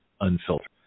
unfiltered